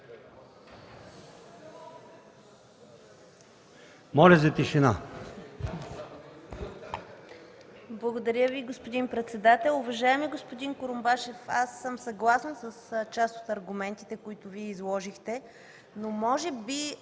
Моля за тишина!